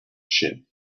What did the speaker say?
ship